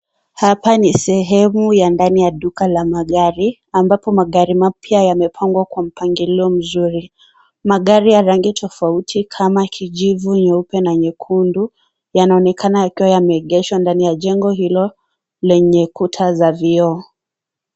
Hapa ni sehemu ya ndani ya duka la magari, ambapo magari mapya yamepangwa kwa mpangilio mzuri. Magari ya rangi tofauti kama kijivu, nyeupe, na nyekundu, yanaonekana yakiwa yameegeshwa ndani ya jengo hilo lenye kuta za vioo.